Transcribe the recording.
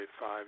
five